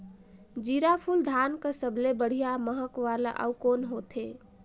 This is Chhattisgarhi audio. जीराफुल धान कस सबले बढ़िया महक वाला अउ कोन होथै?